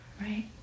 right